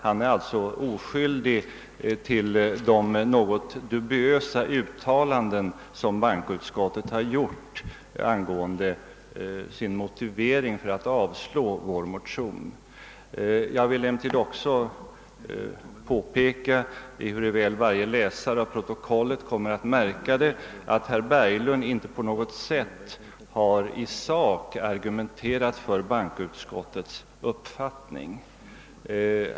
Han är alltså oskyldig till de något dubiösa uttalanden som bankoutskottet har gjort i sin motivering för att avslå vår motion. Jag vill emellertid också påpeka, ehuruväl varje läsare av protokollet kommer att märka det, att herr Berglund inte på något sätt i sak har argumenterat för bankoutskottets uppfattning.